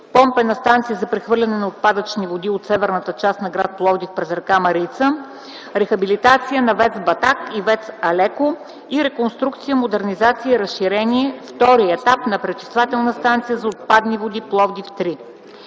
„Помпена станция за прехвърляне на отпадъчни води от северната част на гр. Пловдив през р. Марица до ПСОВ”; „Рехабилитация на ВЕЦ „Батак” и ВЕЦ „Алеко” и „Реконструкция, модернизация и разширение – втори етап, на пречиствателната станция за отпадни води (Пловдив